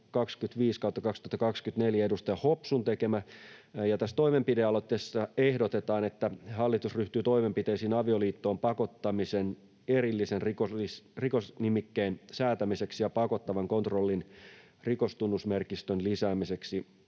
25/2024, edustaja Hopsun tekemä, ja tässä toimenpidealoitteessa ehdotetaan, että hallitus ryhtyy toimenpiteisiin avioliittoon pakottamisen erillisen rikosnimikkeen säätämiseksi ja pakottavan kontrollin rikostunnusmerkistön lisäämiseksi